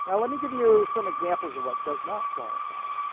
and let me give you some examples of what does not qualify.